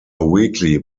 weekly